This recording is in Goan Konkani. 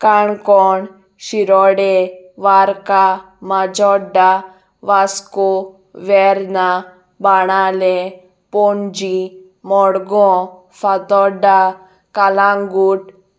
काणकोण शिरोडे वारका माजोड्डा वास्को वेर्ना बाणाले पणजी मडगांव फातोडा कालांगूट